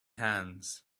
hands